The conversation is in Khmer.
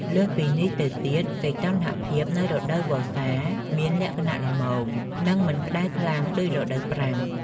លើសពីនេះទៅទៀត សីតុណ្ហភាពនៅរដូវវស្សាមានលក្ខណៈល្មម និងមិនក្ដៅខ្លាំងដូចរដូវប្រាំង។